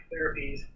therapies